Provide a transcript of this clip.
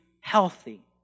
healthy